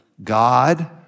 God